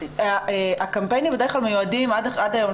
הקמפיינים בדרך כלל מיועדים עד היום,